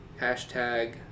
Hashtag